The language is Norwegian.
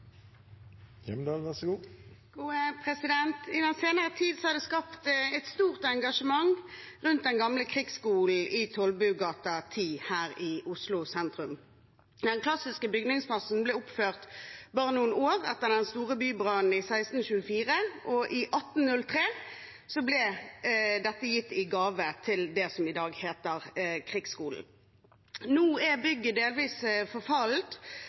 I den senere tid har det blitt skapt et stort engasjement rundt den gamle krigsskolen i Tollbugata 10 her i Oslo sentrum. Den klassiske bygningsmassen ble oppført bare noen år etter den store bybrannen i 1624, og i 1803 ble dette gitt i gave til det som i dag heter Krigsskolen. Nå er bygget delvis